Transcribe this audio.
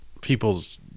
people's